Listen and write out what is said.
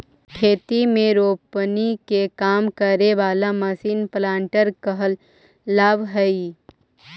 खेती में रोपनी के काम करे वाला मशीन प्लांटर कहलावऽ हई